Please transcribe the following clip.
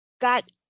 got